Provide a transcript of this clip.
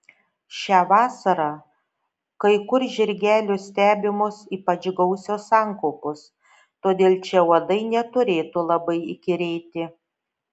šią vasarą kai kur žirgelių stebimos ypač gausios sankaupos todėl čia uodai neturėtų labai įkyrėti